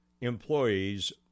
employees